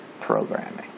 programming